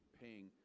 paying